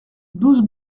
douze